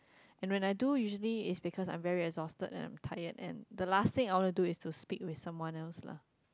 and when I do usually it's because I'm very exhausted and I'm tired and the last thing I want to do is to speak with someone else lah